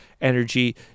energy